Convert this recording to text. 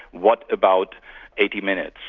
what about eighty minutes?